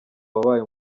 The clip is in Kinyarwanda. wabaye